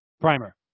primer